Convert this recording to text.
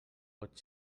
pot